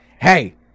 hey